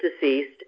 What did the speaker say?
deceased